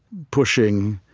pushing,